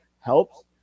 helps